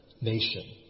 nation